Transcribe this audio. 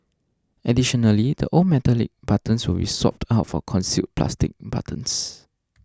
additionally the old metallic buttons will be swapped out for concealed plastic buttons